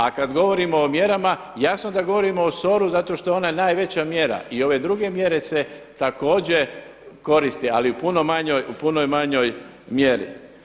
A kada govorimo o mjerama jasno da govorimo o SOR-u zato što je ona najveća mjera i ove druge mjere se također koriste, ali u puno manjoj mjeri.